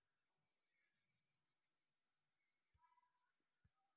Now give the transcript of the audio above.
Debit కార్డుకు credit కార్డుకు మధ్య తేడా ఏమిటీ?